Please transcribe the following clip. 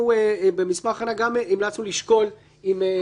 אנחנו במסמך הכנה גם המלצנו לשקול אם להגביל את זה.